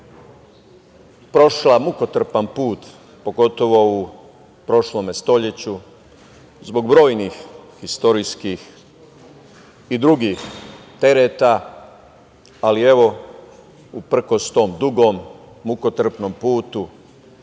prošla mukotrpan put, pogotovo u prošlom stoleću zbog brojnih istorijskih i drugih tereta, ali evo, uprkos tom dugom mukotrpnom putu,